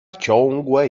ciągłe